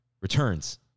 returns